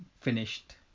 Finished